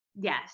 yes